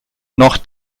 noch